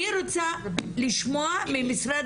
אני רוצה לשמוע ממשרד